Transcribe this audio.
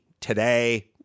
today